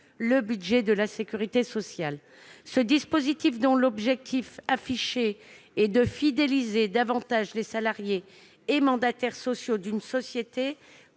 le budget de la sécurité sociale. Le dispositif concerné, dont l'objectif affiché est de fidéliser davantage les salariés et mandataires sociaux d'une société,